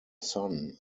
son